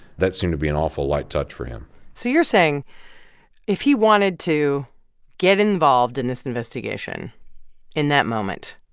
that seemed to be an awful light touch for him so you're saying if he wanted to get involved in this investigation in that moment,